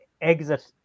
exit